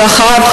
ואחריו,